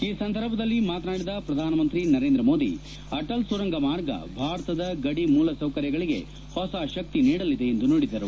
ಈ ಸಂದರ್ಭದಲ್ಲಿ ಮಾತನಾಡಿದ ಪ್ರಧಾನ ಮಂತ್ರಿ ನರೇಂದ್ರ ಮೋದಿ ಅಟಲ್ ಸುರಂಗ ಮಾರ್ಗ ಭಾರತದ ಗಡಿ ಮೂಲಸೌಕರ್ಗಳಿಗೆ ಹೊಸ ಶಕ್ತಿ ನೀಡಲಿದೆ ಎಂದು ನುಡಿದರು